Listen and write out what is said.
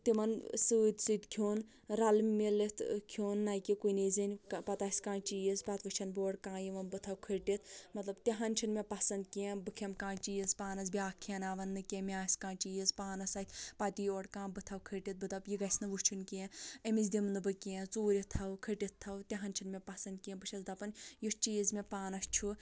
تِمن سۭتۍ سۭتۍ کھیٚوان رَلہٕ میٖلِتھ کھیٚوان نہَ کہِ کُنی زٔنۍ پَتہٕ آسہِ کانٛہہ چیٖز پَتہٕ وُچھان بہٕ اوٚرٕ کانٛہہ یِوان تہٕ بہٕ تھاوٕ کھٔٹِتھ مَطلَب تہِ ہن چھُ نہٕ مےٚ پَسَنٛد کیٚنٛہہ بہٕ کھیٚمہٕ کانٛہہ چیٖز پانَس بیٛاکھ کھیٛاوٕناوان نہٕ کیٚنٛہہ مےٚ آسہِ کانٛہہ چیٖز پانَس اَتھِ پَتہٕ یی اورٕ کانٛہہ بہٕ تھاوٕ کھٔٹِتھ بہٕ دَپہٕ یہِ گَژھِ نہٕ وُچھُن کیٚنٛہہ أمِس دِمہٕ نہٕ بہٕ کیٚنٛہہ ژوٗرِ تھاوٕ کھٔٹِتھ تھاوٕ تہِ ہَن چھِ نہٕ مےٚ پَسَنٛد کیٚنٛہہ بہٕ چھَس دپان یُس چیٖز مےٚ پانَس چھُ